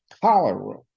cholera